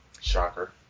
Shocker